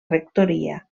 rectoria